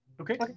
Okay